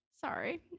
Sorry